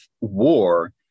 war